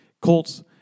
Colts